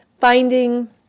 finding